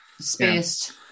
Spaced